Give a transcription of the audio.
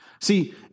See